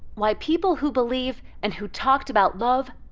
why people who believe and who talked about love,